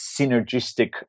synergistic